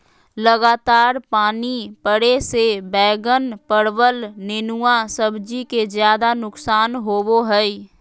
लगातार पानी पड़े से बैगन, परवल, नेनुआ सब्जी के ज्यादा नुकसान होबो हइ